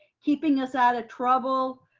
keeping us out of trouble,